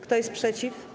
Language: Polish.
Kto jest przeciw?